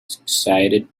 excited